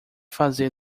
fazê